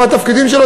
מה התפקידים שלו.